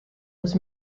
was